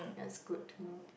that's good to know